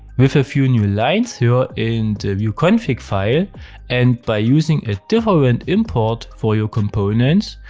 with a few new lines here in the vue config file and by using a different import for your components,